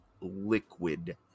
liquid